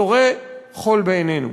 זורה חול בעינינו,